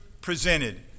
presented